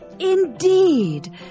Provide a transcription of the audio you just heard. Indeed